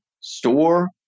store